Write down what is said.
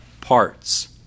parts